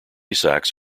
sacks